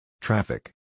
Traffic